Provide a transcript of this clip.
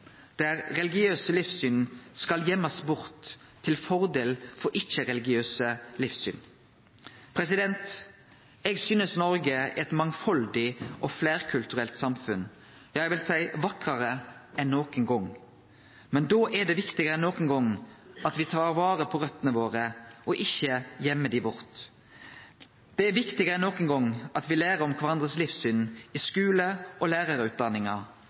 der religiøse livssyn skal gøymast bort til fordel for ikkje-religiøse livssyn. Eg synest Noreg er eit mangfaldig og fleirkulturelt samfunn, ja eg vil seie vakrare enn nokon gong. Men da er det viktigare enn nokon gong at me tar vare på røtene våre og ikkje gøymer dei bort. Det er viktigare enn nokon gong at me lærer om kvarandres livssyn i skulen og